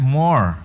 more